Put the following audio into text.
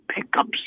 pickups